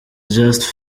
just